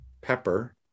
pepper